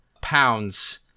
pounds